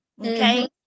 Okay